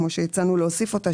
כמו שהצענו להוסיף אותה,